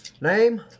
name